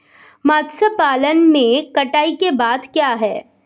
मत्स्य पालन में कटाई के बाद क्या है?